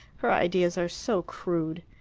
her ideas are so crude.